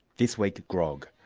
this week, grog.